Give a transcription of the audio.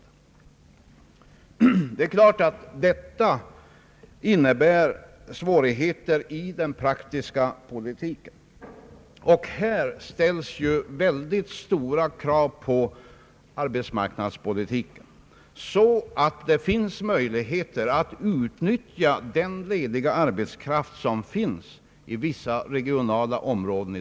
Det är klart att detta innebär svårigheter i den praktiska politiken. Här ställs ju utomordentligt stora krav på arbetsmarknadspolitiken, så att det blir möjligt att utnyttja den lediga arbetskraft som finns inom vissa regionala områden.